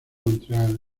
montreal